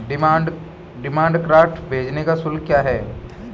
Demand draft भेजने का शुल्क क्या है?